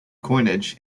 coinage